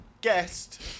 Guest